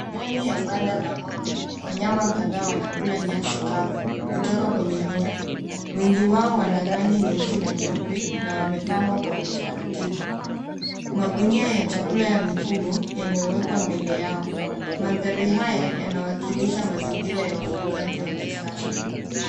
Ndani ya banda la ng'ombe, wanyama kadhaa wanakula nyasi kavu kutoka kwenye uri. Wengi wao wana rangi nyeusi na nyeupe na wamepangwa kwa utaratibu. Magunia ya chakula ya mifugo yamewekwa mbele yao. Mandhari haya yanawakilisha mazingira ya ufugaji wa kisasa.